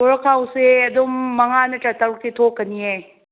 ꯕꯣꯔꯥꯈꯥꯎꯁꯦ ꯑꯗꯨꯝ ꯃꯉꯥ ꯅꯠꯇ꯭ꯔꯒ ꯇꯔꯨꯛꯇꯤ ꯊꯣꯛꯀꯅꯤꯌꯦ